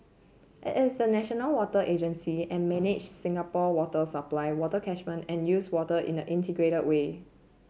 it is the national water agency and manages Singapore water supply water catchment and use water in an integrated way